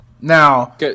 Now